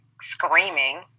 screaming